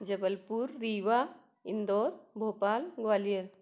Jabalpur Rewa Indore Bhopal Gwalior